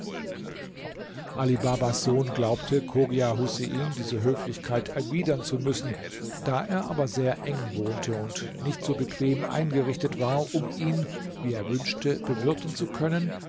ali babas sohn glaubte chogia husein diese höflichkeit erwidern zu müssen da er aber sehr eng wohnte und nicht so bequem eingerichtet war um ihn wie er wünschte bewirten zu können